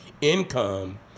income